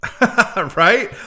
right